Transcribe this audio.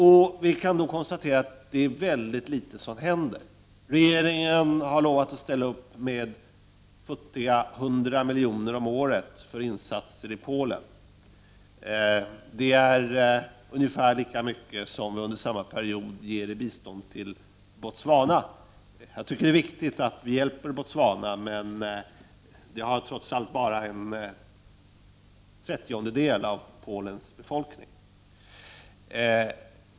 Vi kan konstatera att det är mycket litet som händer. Regeringen har lovat att ställa upp med futtiga 100 miljoner om året för insatser i Polen. Det är ungefär lika mycket som vi under samma period ger i bistånd till Botswana. Jag tycker det är viktigt att vi hjälper Botswana, men Botswana har trots allt bara en trettiondel av Polens befolkning.